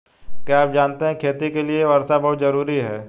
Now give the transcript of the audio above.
क्या आप जानते है खेती के लिर वर्षा बहुत ज़रूरी है?